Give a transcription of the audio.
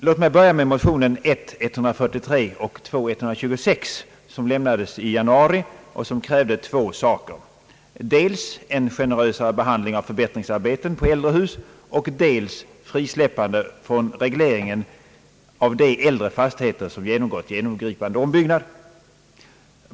Låt mig börja med motionsparet I: 143 och II: 126, som lämnades i januari och där det krävdes två saker, dels en generösare behandling av förbättringsarbeten på äldre hus och dels frisläppande från regleringen av de äldre fastigheter som genomgått genomgripande ombygsgnad.